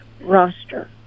roster